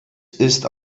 ist